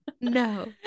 No